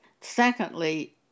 Secondly